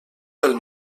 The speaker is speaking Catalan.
del